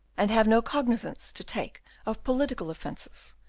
and have no cognizance to take of political offences.